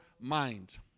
Mind